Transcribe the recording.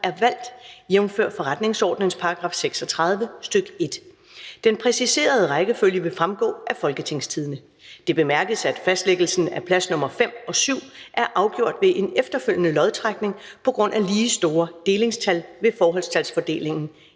er valgt, jf. forretningsordenens § 36, stk. 1. Den præciserede rækkefølge vil fremgå af Folketingstidende (jf. nedenfor). Det bemærkes, at fastlæggelsen af plads nr. 5 og 7 er afgjort ved en efterfølgende lodtrækning på grund af lige store delingstal ved forholdstalsfordelingen,